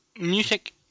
music